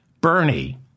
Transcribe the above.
Bernie